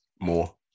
More